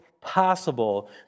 possible